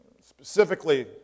specifically